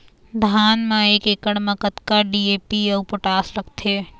धान म एक एकड़ म कतका डी.ए.पी अऊ पोटास लगथे?